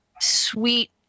sweet